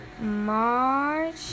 March